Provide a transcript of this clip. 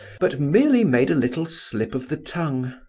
but merely made a little slip of the tongue.